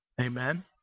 Amen